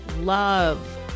love